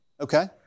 Okay